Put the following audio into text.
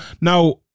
Now